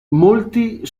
molti